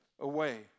away